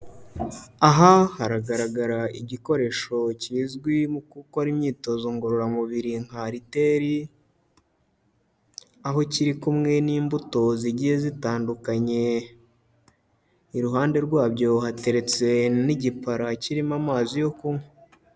Aha haragaragara igikoresho kizwi mu gukora imyitozo ngororamubiri nk'ariteri, aho kiri kumwe n'imbuto zigiye zitandukanye, iruhande rwabyo hateretse n'igipara kirimo amazi yo kunywa.